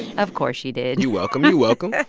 of course she did you welcome, you welcome